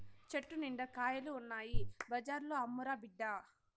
చెట్టు నిండా కాయలు ఉన్నాయి బజార్లో అమ్మురా బిడ్డా